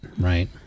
right